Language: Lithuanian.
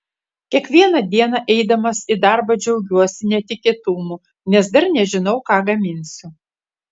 kiekvieną dieną eidamas į darbą džiaugiuosi netikėtumu nes dar nežinau ką gaminsiu